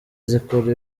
zikora